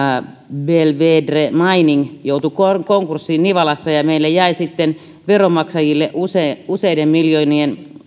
belvedere mining joutui konkurssiin nivalassa ja meille veronmaksajille jäi sitten useiden useiden miljoonien